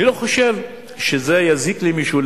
אני לא חושב שזה יזיק למישהו,